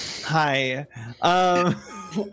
hi